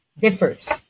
differs